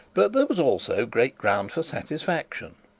but there was also great ground for satisfaction.